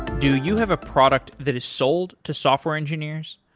do you have a product that is sold to software engineers?